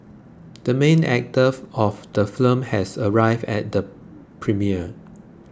the main actor of the movie has arrived at the premiere